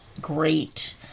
great